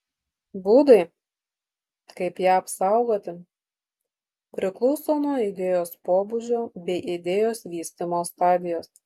būdai kaip ją apsaugoti priklauso nuo idėjos pobūdžio bei idėjos vystymo stadijos